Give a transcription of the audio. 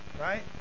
right